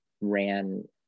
ran